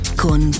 con